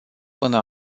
până